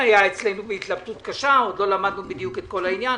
היה בהתלבטות קשה, עוד לא למדנו את כל העניין.